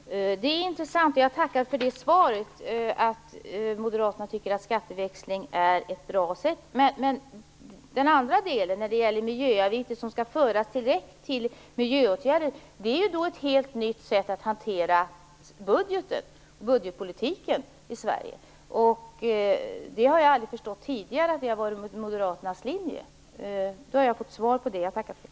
Fru talman! Det är intressant, och jag tackar för svaret att moderaterna tycker att skatteväxling är ett bra sätt. Men den andra delen, miljöavgifter som skall föras direkt till miljöåtgärder, innebär ett helt nytt sätt att hantera budgeten och budgetpolitiken i Sverige. Jag har aldrig förstått tidigare att det har varit moderaternas linje. Nu har jag fått svar på det, och jag tackar för det.